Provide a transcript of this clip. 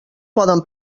poden